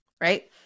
right